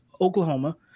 Oklahoma